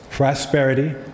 prosperity